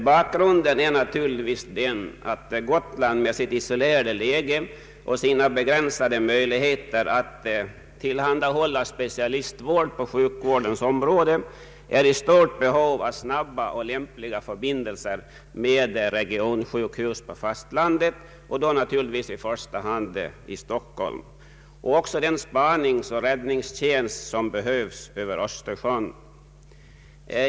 Bakgrunden är naturligtvis den att Gotland med sitt isolerade läge och sina begränsade möjligheter att tillhandahålla specialister inom sjukvården är i stort behov av snabba och lämpliga förbindelser med regionsjukhus på fastlandet, och då naturligtvis i första hand i Stockholm, samt spaningsoch räddningstjänst över Östersjön.